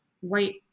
white